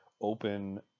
open